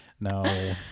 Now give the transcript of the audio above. No